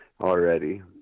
already